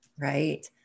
Right